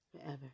forever